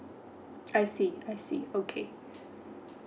I see I see okay